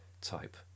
type